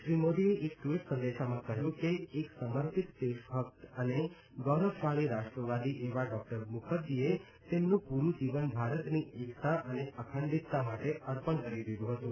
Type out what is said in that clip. શ્રી મોદીએ એક ટ્વીટ સંદેશામાં કહ્યું છે કે એક સમર્પિત દેશ ભક્ત અને ગૌરવશાળી રાષ્ટ્રવાદી એવા ડોકટર મુખર્જીએ તેમનું પૂર્રું જીવન ભારતની એકતા અને અખંડિતતા માટે અર્પણ કરી દીધું હતું